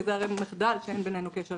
כי הרי זה מחדל שאין בינינו כל כך קשר